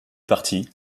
parti